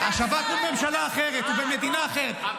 השב"כ הוא ממשלה אחרת, הוא במדינה אחרת.